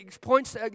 points